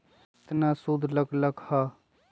केतना सूद लग लक ह?